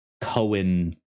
Cohen